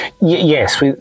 Yes